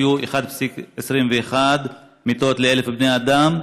היו 1.21 מיטות ל-1,000 בני אדם,